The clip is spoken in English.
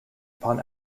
upon